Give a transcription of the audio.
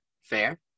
fair